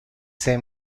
sei